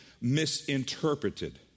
misinterpreted